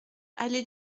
allée